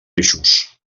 eixos